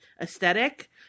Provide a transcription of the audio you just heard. aesthetic